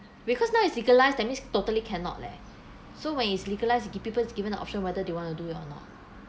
because now it's legalised that means totally cannot leh so when it's legalised people is given the option whether they want to do it or not